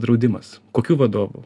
draudimas kokių vadovų